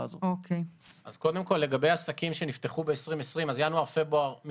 לגבי עסקים שנפתחו ב-2020, עבור ינואר-פברואר הם